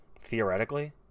Theoretically